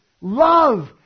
Love